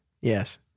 Yes